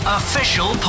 official